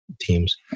Teams